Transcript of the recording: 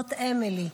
זאת אמילי,